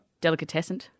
Delicatessen